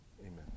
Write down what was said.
Amen